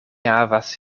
havas